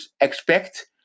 expect